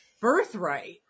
birthright